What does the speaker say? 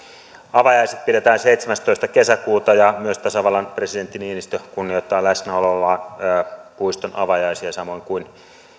avajaiset pidetään seitsemästoista kesäkuuta ja myös tasavallan presidentti niinistö kunnioittaa läsnäolollaan puiston avajaisia samoin kuin